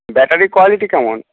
ব্যাটারির কোয়ালিটি কেমন